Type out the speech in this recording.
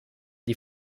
die